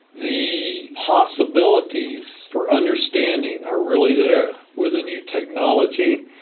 the possibilities for understanding are really there with the new technology,